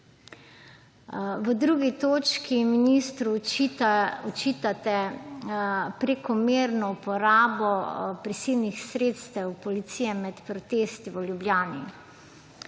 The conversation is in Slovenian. V 2. točki ministru očitate prekomerno uporabo prisilnih sredstev policije med protesti v Ljubljani.